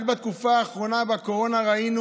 רק בתקופה האחרונה, בקורונה, ראינו